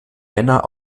männer